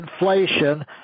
inflation